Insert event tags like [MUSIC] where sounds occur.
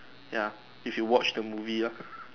ya if you watch the movie lor [LAUGHS]